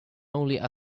only